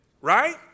Right